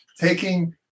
taking